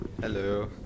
hello